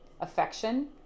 affection